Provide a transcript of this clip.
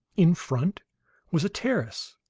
in front was a terrace,